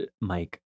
Mike